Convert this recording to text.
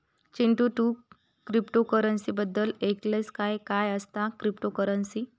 चिंटू, तू क्रिप्टोकरंसी बद्दल ऐकलंस काय, काय असता क्रिप्टोकरंसी?